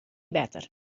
better